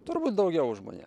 turbūt daugiau už mane